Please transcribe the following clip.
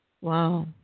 Wow